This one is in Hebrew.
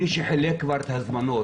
מי שחילק כבר את ההזמנות,